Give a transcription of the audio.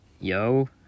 Yo